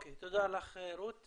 תודה לך, רות.